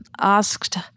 asked